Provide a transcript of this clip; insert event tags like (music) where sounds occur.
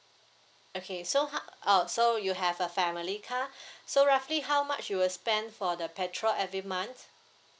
okay so ho~ oh so you have a family car (breath) so roughly how much you will spend for the petrol every month